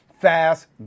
Fast